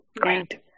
Great